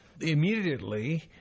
immediately